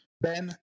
Ben